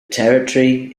territory